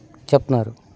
చెప్తున్నారు